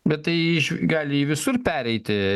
bet tai gali į visur pereiti